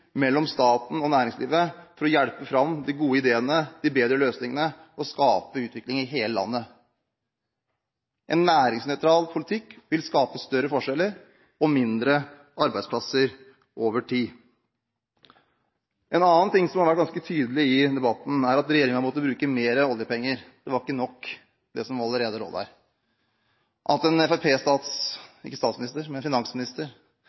mellom staten og næringslivet for å hjelpe fram de gode ideene, de bedre løsningene og skape utvikling i hele landet. En næringsnøytral politikk vil skape større forskjeller og færre arbeidsplasser over tid. En annen ting som har vært ganske tydelig i debatten, er at regjeringen måtte bruke mer oljepenger, det som allerede lå der, var ikke nok. At en finansminister